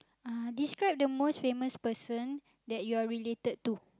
uh describe the most famous person that you are related to